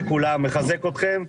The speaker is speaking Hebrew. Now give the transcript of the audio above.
מחזק אתכם,